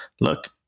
look